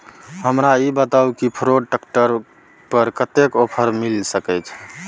हमरा ई बताउ कि फोर्ड ट्रैक्टर पर कतेक के ऑफर मिलय सके छै?